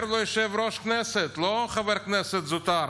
אומר לו יושב-ראש הכנסת, לא חבר כנסת זוטר